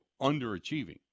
underachieving